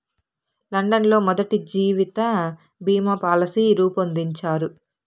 London లో మొదటి జీవిత బీమా పాలసీ రూపొందించారు